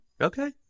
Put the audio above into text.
Okay